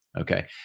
Okay